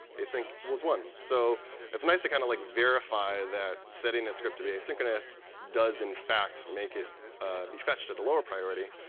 async was one. so it's nice to, kind of like, verify that setting a script to be asynchronous does, in fact, make it be fetched at a lower priority.